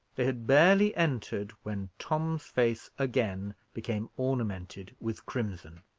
they had barely entered, when tom's face again became ornamented with crimson.